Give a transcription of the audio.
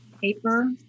paper